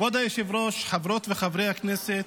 כבוד היושב-ראש, חברות וחברי הכנסת,